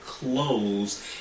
clothes